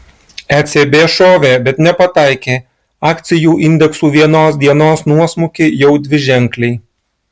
ecb šovė bet nepataikė akcijų indeksų vienos dienos nuosmukiai jau dviženkliai